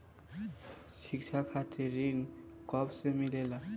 शिक्षा खातिर ऋण कब से मिलेला?